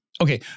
Okay